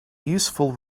useful